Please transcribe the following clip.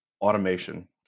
automation